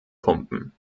pumpen